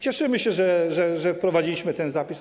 Cieszymy się, że wprowadziliśmy ten zapis.